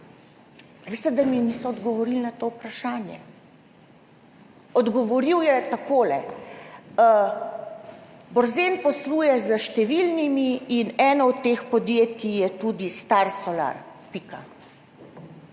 Veste, da mi niso odgovorili na to vprašanje. Odgovoril je takole: "Borzen posluje s številnimi in eno od teh podjetij je tudi Star Solar".